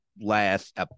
last